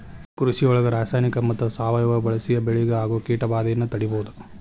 ಕೃಷಿಯೊಳಗ ರಾಸಾಯನಿಕ ಮತ್ತ ಸಾವಯವ ಬಳಿಸಿ ಬೆಳಿಗೆ ಆಗೋ ಕೇಟಭಾದೆಯನ್ನ ತಡೇಬೋದು